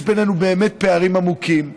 יש בינינו באמת פערים עמוקים,